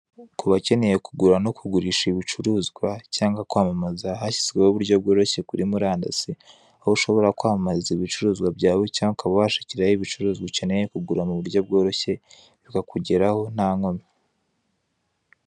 Ku bakeneye kugura no kugurisha ibicuruzwa cyangwa kwamaza hashyizweho uburyo bworoshye kuri murandasi, aho ushobora kwamamariza ibicuruzwa byawe cyangwa ukaba washakirayo ibicuruzwa ukeneye kugura mu buryo bworoshye, bikakugeraho nta nkomyi.